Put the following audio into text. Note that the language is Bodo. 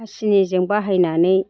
हासिनिजों बाहायनानै